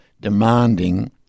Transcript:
demanding